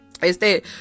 Este